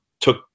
took